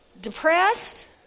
depressed